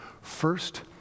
First